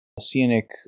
scenic